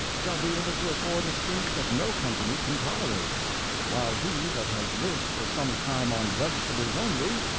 shall be able to afford a stink that no company can tolerate while he that has lived for some time on vegetables only,